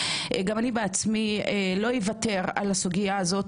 גם אני בעצמי לא אוותר על הסוגיה הזו,